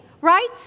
right